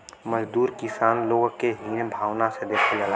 मजदूर किसान लोग के हीन भावना से देखल जाला